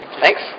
thanks